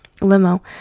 limo